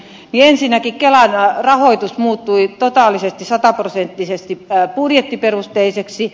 ensinnäkin kelan rahoitus muuttui totaalisesti sataprosenttisesti budjettiperusteiseksi